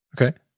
okay